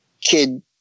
kid